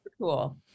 cool